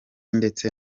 ndetse